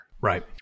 Right